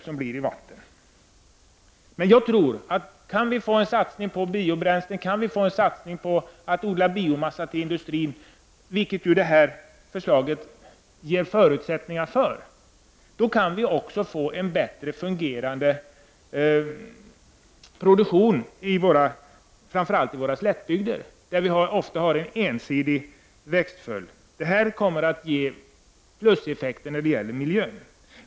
Jag tror emellertid att om det kan ske en satsning på biobränslen och på odling av biomassa till industrin, vilket detta förslag ger förutsättningar för, kan vi också få en bättre fungerande produktion i framför allt våra slättbygder, där man ofta har en ensidig växtföljd. Detta kommer att ge positiva effekter på miljön.